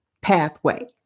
Pathway